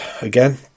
Again